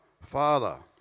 Father